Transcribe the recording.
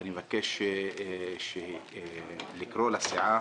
ואני מבקש לקרוא לסיעה